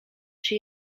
czy